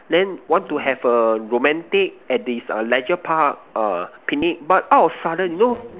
then want to have a romantic at this uh Leisure Park uh picnic but out of sudden no